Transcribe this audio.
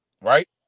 right